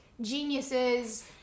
geniuses